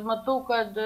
matau kad